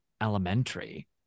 elementary